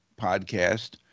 podcast